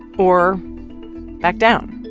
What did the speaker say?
or back down.